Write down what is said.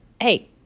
hey